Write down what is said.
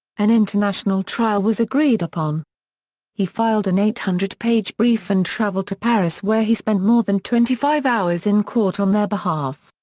an international trial was agreed upon he filed an eight hundred page brief and traveled to paris where he spent more than twenty five hours in court on their behalf.